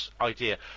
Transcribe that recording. idea